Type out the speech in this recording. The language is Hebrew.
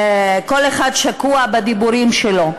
שכל אחד שקוע בדיבורים שלו.